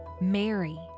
mary